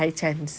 high chance